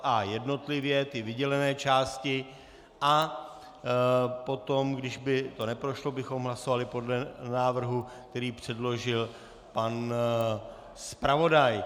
A jednotlivě, ty vydělené části, a potom, když by to neprošlo, bychom hlasovali podle návrhu, který předložil pan zpravodaj.